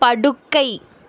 படுக்கை